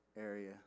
area